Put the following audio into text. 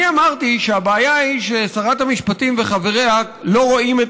אני אמרתי שהבעיה היא ששרת המשפטים וחבריה לא רואים את